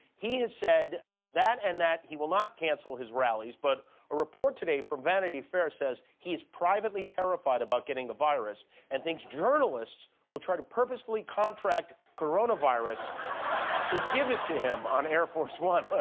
he has said that and that he will not cancel his rallies. but a report today from vanity fair says he is privately terrified about getting the virus and thinks journalists will try to purposefully contract coronavirus to give it to him on air force one. but